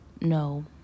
no